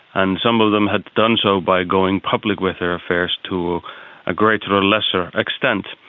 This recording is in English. and some of them had done so by going public with their affairs to a greater or lesser extent.